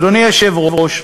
אדוני היושב-ראש,